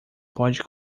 pode